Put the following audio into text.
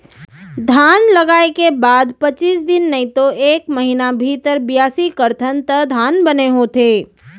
धान लगाय के बाद पचीस दिन नइतो एक महिना भीतर बियासी करथन त धान बने होथे